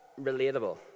relatable